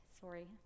Sorry